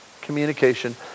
communication